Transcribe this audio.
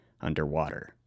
underwater